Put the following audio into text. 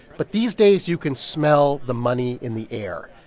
but these days, you can smell the money in the air.